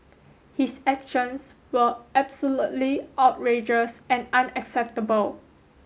his actions were absolutely outrageous and unacceptable